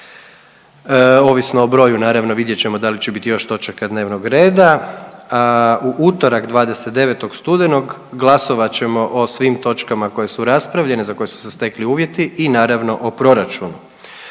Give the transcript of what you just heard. ovisno o broju naravno, vidjet ćemo da li će još biti točaka dnevnog reda. U utorak 29. studenog glasovat ćemo o svim točkama koje su raspravljene, za koje su se stekli uvjeti i naravno o proračunu.